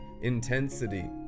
intensity